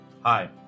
Hi